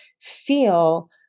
feel